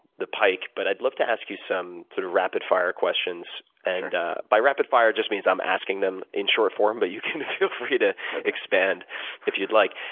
the pike. but i'd love to ask you some rapid fire questions. and by rapid fire, it just means i'm asking them in short form but you can feel free to expand if you'd like.